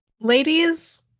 Ladies